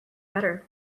better